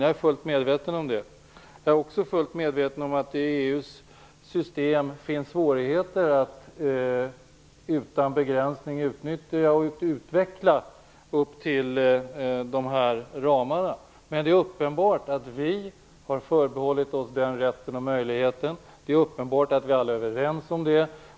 Jag är också fullt medveten om att det i EU:s system är svårt att utan begränsning utnyttja och utveckla upp till angivna ramar. Men det är uppenbart att vi har förbehållit oss den rätten och möjligheten och att vi alla är överens om det.